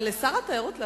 אבל לשר התיירות,